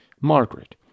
Margaret